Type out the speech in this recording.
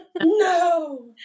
No